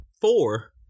Four